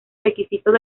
requisitos